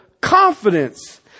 confidence